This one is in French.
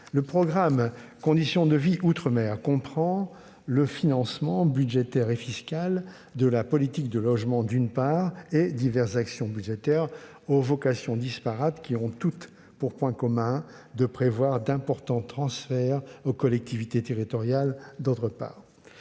Le programme « Conditions de vie outre-mer » comprend, d'une part, le financement budgétaire et fiscal de la politique de logement, et, d'autre part, diverses actions budgétaires aux vocations disparates, qui ont toutes pour point commun de prévoir d'importants transferts aux collectivités territoriales. Dans